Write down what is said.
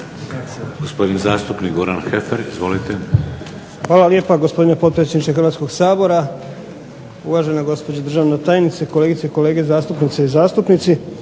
Gospodin zastupnik Goran Heffer, izvolite. **Heffer, Goran (SDP)** Hvala lijepa, gospodine potpredsjedniče Hrvatskoga sabora. Uvažena gospođo državna tajnice, kolegice i kolege, zastupnice i zastupnici.